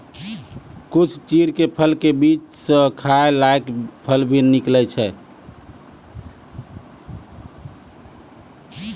कुछ चीड़ के फल के बीच स खाय लायक फल भी निकलै छै